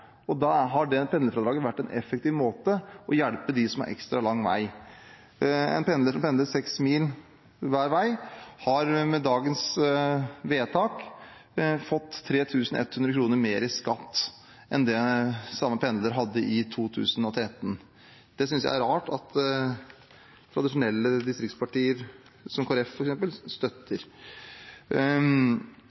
og da har pendlerfradraget vært en effektiv måte å hjelpe dem som har ekstra lang vei. En pendler som pendler seks mil hver vei, har med dagens vedtak fått 3 100 kr mer i skatt enn det samme pendler hadde i 2013. Det synes jeg det er rart at tradisjonelle distriktspartier, som f.eks. Kristelig Folkeparti, støtter.